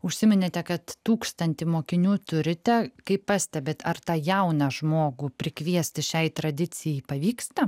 užsiminėte kad tūkstantį mokinių turite kaip pastebit ar tą jauną žmogų prikviesti šiai tradicijai pavyksta